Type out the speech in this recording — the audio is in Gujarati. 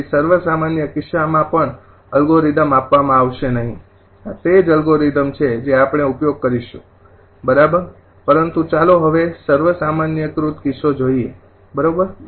તેથી સર્વસામાન્ય કિસ્સામાં પણ એલ્ગોરિધમ આપવામાં આવશે નહીં આ તે જ અલ્ગોરિધમ છે જે આપણે ઉપયોગ કરીશું બરાબર પરંતુ ચાલો હવે સર્વસામાન્યીકૃત કિસ્સો જોઈએ બરોબર